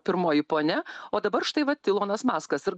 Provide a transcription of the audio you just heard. pirmoji ponia o dabar štai vat ilonas maskas ir